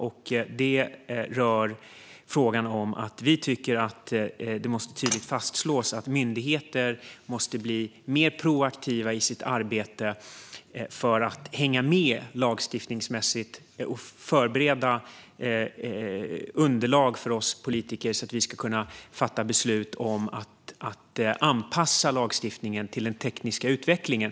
Vi tycker att det tydligt måste fastslås att myndigheter måste bli mer proaktiva i sitt arbete för att lagstiftningsmässigt hänga med och förbereda underlag för oss politiker så att vi kan fatta beslut om att anpassa lagstiftningen till den tekniska utvecklingen.